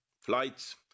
flights